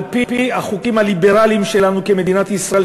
על-פי החוקים הליברליים שלנו כמדינת ישראל,